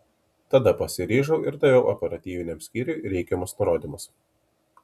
tada pasiryžau ir daviau operatyviniam skyriui reikiamus nurodymus